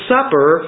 Supper